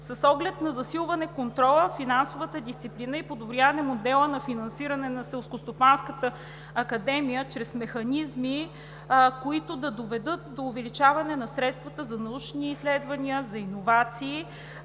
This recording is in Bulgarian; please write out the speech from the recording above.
С оглед засилване контрола, финансовата дисциплина и подобряване модела за финансиране на Селскостопанската академия чрез механизми, които да доведат до увеличаване на средствата за научни изследвания, за иновации,